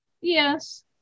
Yes